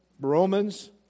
Romans